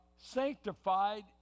sanctified